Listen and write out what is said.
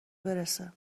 برسه